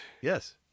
Yes